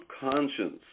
conscience